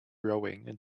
rowing